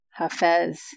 hafez